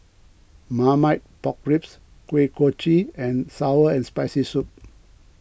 Marmite Pork Ribs Kuih Kochi and Sour and Spicy Soup